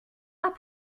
pas